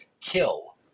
kill